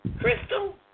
Crystal